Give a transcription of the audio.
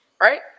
Right